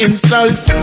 Insult